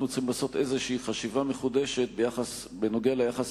אנחנו צריכים לעשות איזו חשיבה מחודשת בנוגע ליחס